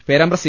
Perambra C